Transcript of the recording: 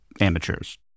amateurs